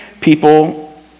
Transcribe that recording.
people